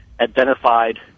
identified